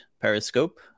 Periscope